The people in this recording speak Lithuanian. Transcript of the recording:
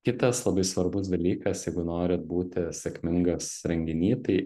kitas labai svarbus dalykas jeigu norit būti sėkmingas renginy tai